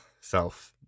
self